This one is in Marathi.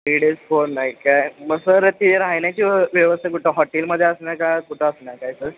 थ्री डेज फोर नाईट काय मग सर ते राहण्याची व्य व्यवस्था कुठं हॉटेलमध्ये असणार का कुठं असणार काय सर